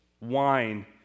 wine